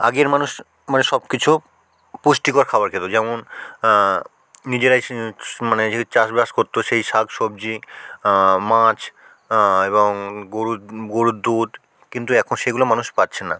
আগের মানুষ মানে সব কিছু পুষ্টিকর খাবার খেত যেমন নিজেরাই মানে যদি চাষ বাস করত সেই শাক সবজি মাছ এবং গরুর দুধ কিন্তু এখন সেগুলো মানুষ পাচ্ছেন না